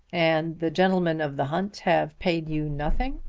and the gentlemen of the hunt have paid you nothing.